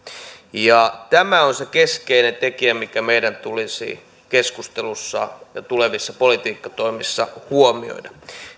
tämä on se keskeinen tekijä mikä meidän tulisi keskustelussa ja tulevissa politiikkatoimissa huomioida